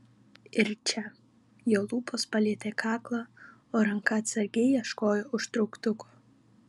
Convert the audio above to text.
ir čia jo lūpos palietė kaklą o ranka atsargiai ieškojo užtrauktuko